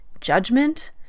judgment